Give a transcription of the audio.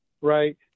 right